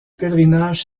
pèlerinage